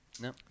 No